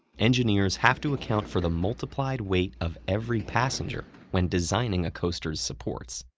engineers have to account for the multiplied weight of every passenger when designing a coaster's supports.